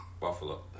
Buffalo